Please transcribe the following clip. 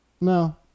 no